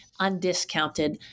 undiscounted